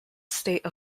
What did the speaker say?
state